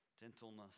gentleness